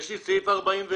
יש לי סעיף 46,